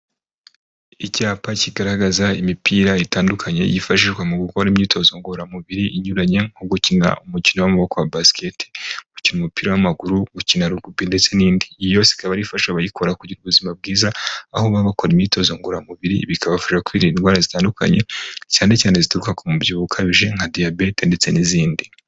Icyapa kigaragaza imipira itandukanye yifashishwa mu gukora imyitozo ngororamubiri inyuranye nko gukina umukino w'amaboko wa basiketi, gukina umupira w'amaguru, gukina rugubi ndetse n'indi iyi yose ikaba ari ifasha abayikora kugira ubuzima bwiza aho baba bakora imyitozo ngororamubiri bikabafasha kwirinda indwara zitandukanye cyane cyane zituruka ku mubyiho ukabije nka diyabete ndetse n'izindi.